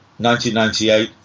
1998